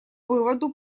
выводу